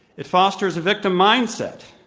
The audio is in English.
it fosters a victim mindset,